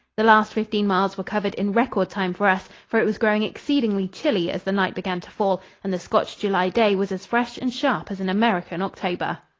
the last fifteen miles were covered in record time for us, for it was growing exceedingly chilly as the night began to fall and the scotch july day was as fresh and sharp as an american october.